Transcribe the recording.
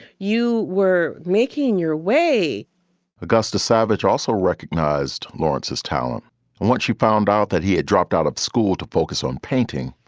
you were making your way augusta savage also recognized lawrence's talent. and once she found out that he had dropped out of school to focus on painting,